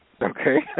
Okay